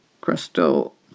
crystal